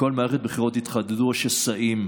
בכל מערכת בחירות התחדדו השסעים,